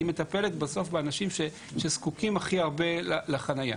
היא מטפלת בסוף באנשים שהזקוקים הכי הרבה לחניה.